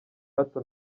hato